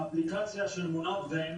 האפליקציה של אל מונזם,